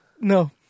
No